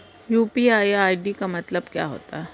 UPI ID का मतलब क्या होता है?